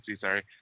sorry